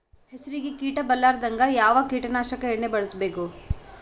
ಹೆಸರಿಗಿ ಕೀಟ ಬರಲಾರದಂಗ ಯಾವ ಕೀಟನಾಶಕ ಎಣ್ಣಿಬಳಸಬೇಕು?